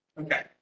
Okay